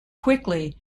quickly